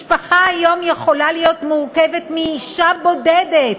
משפחה היום יכולה להיות מורכבת מאישה בודדת